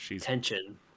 tension